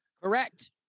Correct